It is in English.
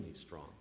strong